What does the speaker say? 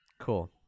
Cool